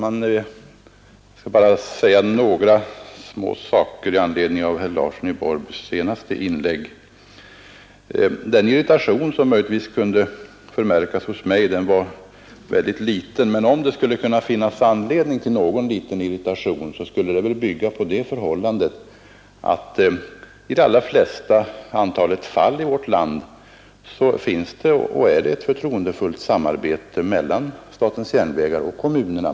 Herr talman! Jag vill bara säga några få ord med anledning av herr Larssons i Borrby senaste inlägg. I de allra flesta fall i vårt land råder ett förtroendefullt samarbete mellan statens järnvägar och kommunerna.